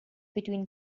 between